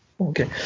Okay